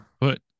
put